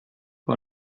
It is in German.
war